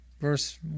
Verse